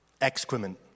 Excrement